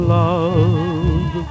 love